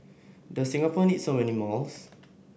does Singapore need so many malls